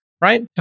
right